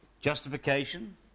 Justification